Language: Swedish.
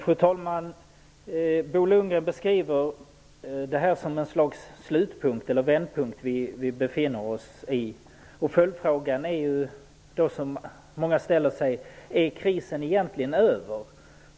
Fru talman! Bo Lundgren beskriver det här som ett slags vändpunkt som vi befinner oss i. En följdfråga som många ställer sig är: Är krisen egentligen över?